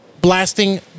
blasting